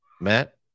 Matt